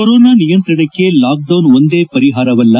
corona ನಿಯಂತ್ರಣಕ್ಕೆ lockdown ಒಂದೇ ಪರಿಹಾರವಲ್ಲ